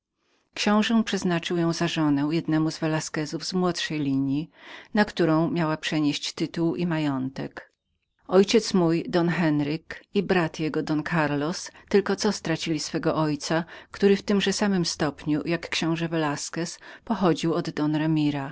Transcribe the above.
książe przeznaczył ją za żonę jednemu velasquezowi z młodszej linji na którą miała przenieść tytuł i majątek ojciec mój don enriquez i brat jego don karlos tylko co byli stracili swego ojca który w tymże samym stopniu jak książe velasquez pochodził